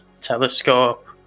telescope